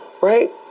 right